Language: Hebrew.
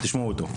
תשמעו אותו.